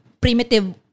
primitive